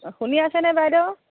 শুনি আছেনে বাইদেউ